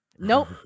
Nope